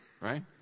right